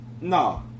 no